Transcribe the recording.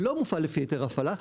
שלא מופעל לפי היתר הפעלה,